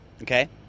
okay